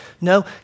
No